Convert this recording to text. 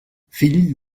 fill